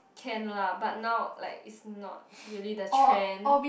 can lah but now like it's not really the trend